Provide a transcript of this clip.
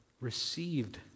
received